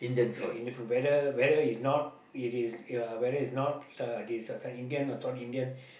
ya in different whether whether is not it is uh whether is not uh this certain Indian or South Indian